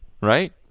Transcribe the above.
Right